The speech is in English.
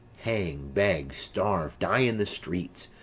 hang, beg, starve, die in the streets,